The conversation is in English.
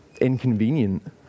inconvenient